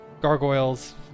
gargoyles